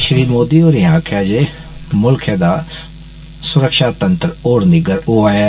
श्री मोदी होरे आक्खेआ जे मुल्खै दा सुरक्षातंत्र होर निग्गर होआ ऐ